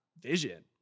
vision